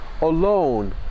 alone